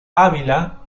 ávila